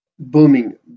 Booming